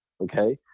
okay